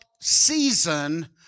season